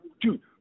Dude